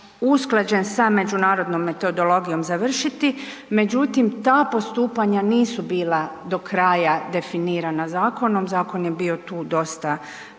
usklađen sa međunarodnom metodologijom završiti, međutim ta postupanja nisu bila do kraja definirana zakonom, zakon je bio tu dosta